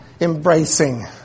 embracing